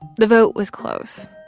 the vote was close,